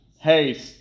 hey